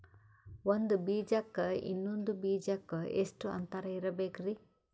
ಒಂದ್ ಬೀಜಕ್ಕ ಇನ್ನೊಂದು ಬೀಜಕ್ಕ ಎಷ್ಟ್ ಅಂತರ ಇರಬೇಕ್ರಿ?